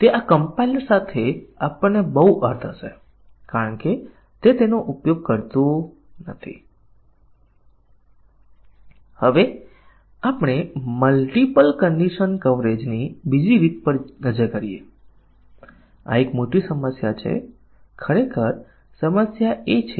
તેથી આપણે જોઈ શકીએ છીએ કે મૂલ્યોનો આ સમૂહ તે શરતોને સાચી અને ખોટી બંને સેટ કરશે પરંતુ મોટા જટિલ પ્રોગ્રામ્સ માટે શાખા કવરેજ પ્રાપ્ત કરવા માટે પરીક્ષણના કેસોની રચના કરવી ખૂબ મુશ્કેલ છે